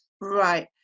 Right